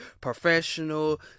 professional